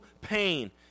pain